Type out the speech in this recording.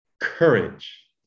courage